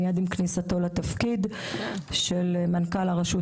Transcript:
מיד עם כניסתו לתפקיד של מנכ"ל הרשות,